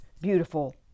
beautiful